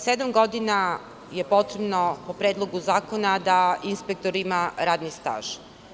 Sedam godina je potrebno, po Predlogu zakona, da inspektor ima radni staž.